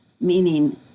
meaning